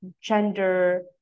gender